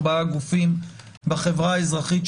ארבעה גופים בחברה האזרחית,